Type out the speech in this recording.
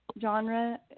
genre